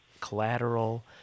Collateral